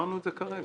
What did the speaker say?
אמרנו את זה כרגע.